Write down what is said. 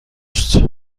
است